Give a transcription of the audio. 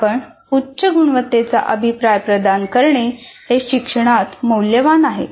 आपण उच्च गुणवत्तेचा अभिप्राय प्रदान करणे हे शिक्षणात मौल्यवान आहे